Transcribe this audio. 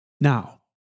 Now